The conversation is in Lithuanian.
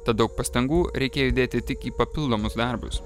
tad daug pastangų reikėjo įdėti tik į papildomus darbus